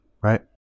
right